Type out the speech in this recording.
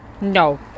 No